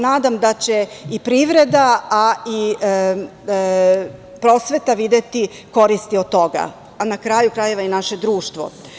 Nadam se da će i privreda, i prosveta, videti koristi od toga, a na kraju krajeva, i naše društvo.